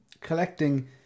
collecting